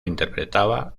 interpretaba